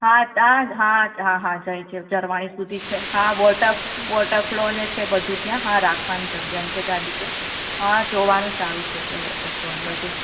હા ત્યાં જ હા હા જઈ ઝરવાણી સુધી છે હા વોટરફ્લો ને છે બધું ત્યાં હા રાખવાની જગ્યા છે ગાડી કે આ જોવાનું સારું છે કે વોટરફોલ ને બધું